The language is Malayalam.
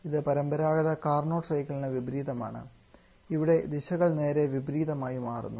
ഇത് പരമ്പരാഗത കാർനോട്ട് സൈക്കിളിന് വിപരീതമാണ് ഇവിടെ ദിശകൾ നേരെ വിപരീതമായി മാറുന്നു